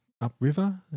upriver